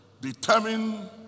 determine